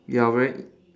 you are very